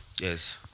Yes